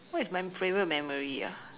what is my favourite memory ah